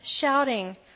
shouting